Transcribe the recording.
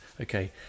Okay